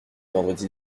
vendredi